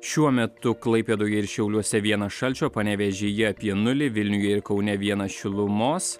šiuo metu klaipėdoje ir šiauliuose vienas šalčio panevėžyje apie nulį vilniuje ir kaune vienas šilumos